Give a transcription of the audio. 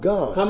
God